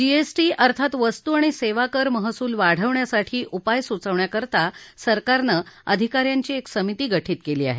GST अर्थात वस्तू आणि सेवा कर महसूल वाढवण्यासाठी उपाय सुचवण्याकरता सरकारनं अधिका यांची एक समिती गठित केली आहे